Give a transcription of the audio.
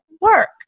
work